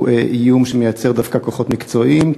הוא איום שמייצר דווקא כוחות מקצועיים,